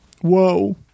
whoa